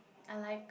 I like